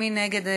מי נגד?